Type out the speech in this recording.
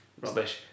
Rubbish